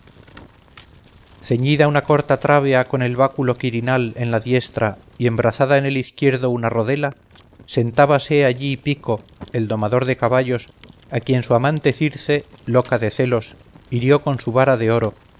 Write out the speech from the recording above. ceñida una corta trábea con el báculo quirinal en la diestra y embrazada en el izquierdo una rodela sentábase allí pico el domador de caballos a quien su amante circe loca de celos hirió con su vara de oro